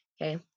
Okay